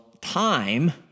time